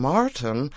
Martin